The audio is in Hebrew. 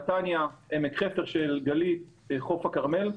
נתניה, עמק חפר של גלית וחוף הכרמל.